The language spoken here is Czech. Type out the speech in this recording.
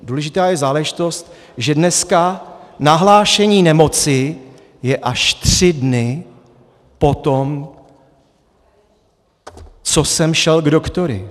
Důležitá je záležitost, že dneska nahlášení nemoci je až tři dny poté, co jsem šel k doktoru.